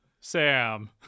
Sam